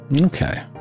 Okay